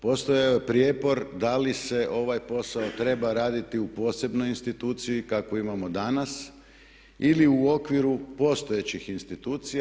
Postojao je prijepor da li se ovaj posao treba raditi u posebnoj instituciji kakvu imamo danas ili u okviru postojećih institucija?